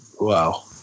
wow